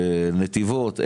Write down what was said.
נתיבות.